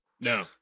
No